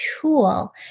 tool